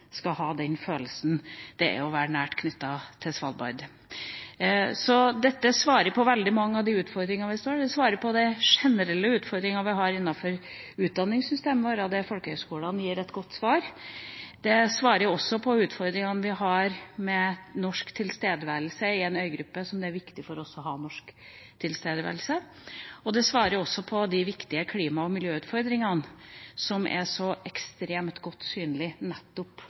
av utfordringene vi står overfor. Det svarer på den generelle utfordringen vi har innenfor utdanningssystemet vårt – der folkehøyskolene gir et godt svar – det svarer på utfordringene vi har med norsk tilstedeværelse på en øygruppe der det er viktig for oss å ha norsk tilstedeværelse, og det svarer på de viktige klima- og miljøutfordringene som er så ekstremt godt synlige nettopp